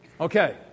Okay